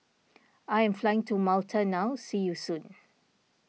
I am flying to Malta now see you soon